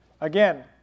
Again